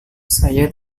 saya